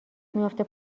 میفته